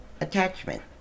attachment